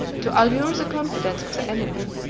to allure the confidence of the enemy,